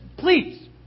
Please